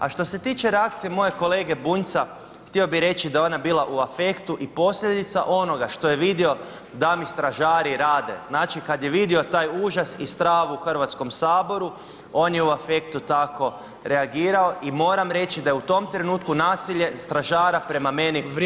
A što se tiče reakcije mojeg kolege Bunjca htio bi reći da je ona bila u afektu i posljedica onoga što je vidio da mi stražari rade, znači kad je vidio taj užas i stravu u Hrvatskom saboru on je u afektu tako reagirao i moram reći da u tom trenutku nasilje stražara prema meni popustilo [[Upadica: Vrijeme je isteklo, hvala vam lijepo.]] hvala.